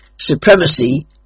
supremacy